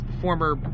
former